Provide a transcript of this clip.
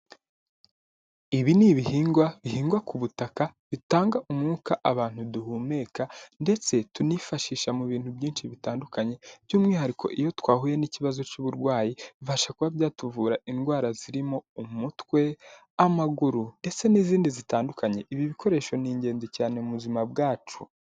Ibi ni ibihingwa bihingwa ku butaka, bitanga umwuka abantu duhumeka ndetse tunifashisha mu bintu byinshi bitandukanye by'umwihariko iyo twahuye n'ikibazo cy'uburwayi, bibasha kuba byatuvura indwara zirimo, umutwe, amaguru ndetse n'izindi zitandukanye, ibi bikoresho ni ingenzi cyane mu buzima bwacu.